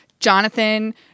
Jonathan